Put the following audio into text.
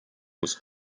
was